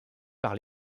par